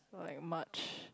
like March